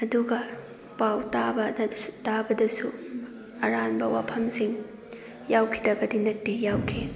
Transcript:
ꯑꯗꯨꯒ ꯄꯥꯎ ꯇꯥꯕꯗ ꯇꯥꯕꯗꯁꯨ ꯑꯔꯥꯟꯕ ꯋꯥꯐꯝꯁꯤꯡ ꯌꯥꯎꯈꯤꯗꯕꯗꯤ ꯅꯠꯇꯦ ꯌꯥꯎꯈꯤ